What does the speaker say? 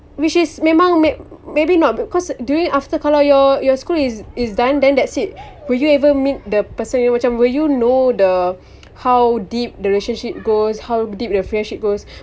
which is memang may~ maybe not because during after kalau your your school is is done then that's it will you ever meet the person yang macam will you know the how deep the relationship goes how deep the friendship goes